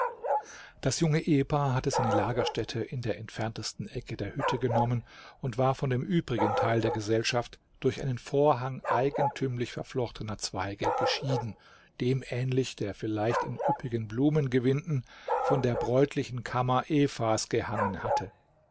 das junge ehepaar hatte seine lagerstätte in der entferntesten ecke der hütte genommen und war von dem übrigen teil der gesellschaft durch einen vorhang eigentümlich verflochtener zweige geschieden dem ähnlich der vielleicht in üppigen blumengewinden von der bräutlichen kammer evas gehangen hatte